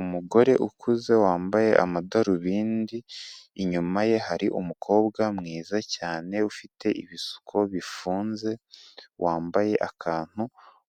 Umugore ukuze wambaye amadarubindi, inyuma ye hari umukobwa mwiza cyane, ufite ibisuko bifunze, wambaye akantu